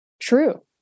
true